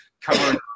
covering